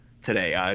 today